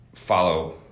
follow